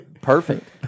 perfect